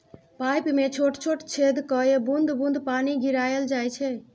pipe मे छोट छोट छेद कए बुंद बुंद पानि गिराएल जाइ छै